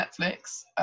netflix